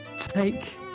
take